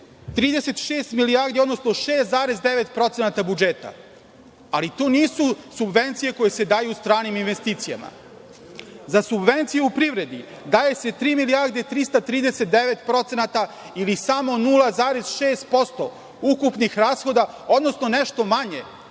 36 milijardi, odnosno 6,9% budžeta, ali to nisu subvencije koje se daju stranim investicijama.Za subvencije u privredi daje se 3 milijarde 339 procenata ili samo 0,6% ukupnih rashoda odnosno nešto manje